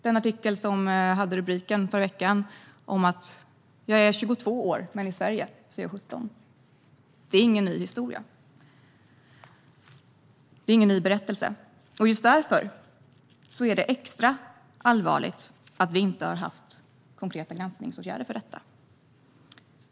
Den artikel från förra veckan som hade rubriken "Ja, jag är 22. fast i Sverige är jag 17 år" är ingen ny historia - det är ingen ny berättelse. Just därför är det extra allvarligt att vi inte har vidtagit konkreta granskningsåtgärder för detta.